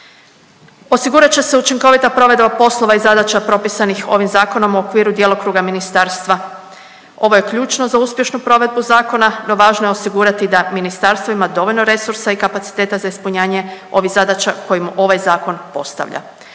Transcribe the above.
Osigurat će se učinkovita provedba poslova i zadaća propisanih ovim zakonom u okviru djelokruga ministarstva. Ovo je ključno za uspješnu provedbu zakona, no važno je osigurati da ministarstvo ima dovoljno resursa i kapaciteta za ispunjanje ovih zadaća koji mu ovaj Zakon postavlja.